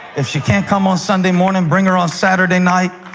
if she can't come on sunday morning, bring her on saturday night,